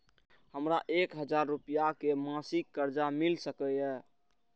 हमरा एक हजार रुपया के मासिक कर्जा मिल सकैये?